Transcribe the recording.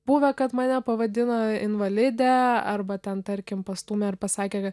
buvę kad mane pavadina invalide arba ten tarkim pastūmė ar pasakė